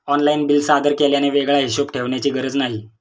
online bill सादर केल्याने वेगळा हिशोब ठेवण्याची गरज नाही